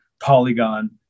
polygon